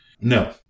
No